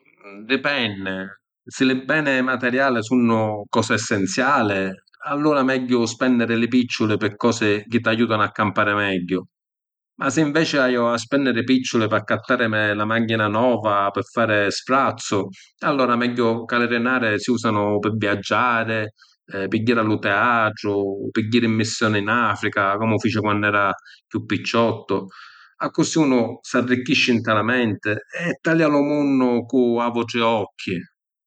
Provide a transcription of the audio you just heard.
Dipenni. Si li beni materiali sunnu cosi essenziali, allura megghiu spennìri li picciuli pi cosi chi t’ajutanu a campari megghiu. Ma si’ inveci haiu a spennìri picciuli p’accattarimi la machina nova pi fari sfrazzu e allura megghiu ca li dinari si usanu pi viaggiari, pi jiri a lu teatru, pi jiri ‘n missioni in Africa comu fici quannu era chiù picciottu. Accussì unu s’arricchisci nta la menti e talìa lu munnu cu autri occhi.